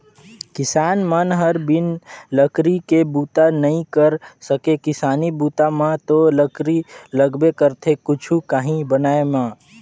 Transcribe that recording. किसान मन हर बिन लकरी के बूता नइ कर सके किसानी बूता म तो लकरी लगबे करथे कुछु काही बनाय म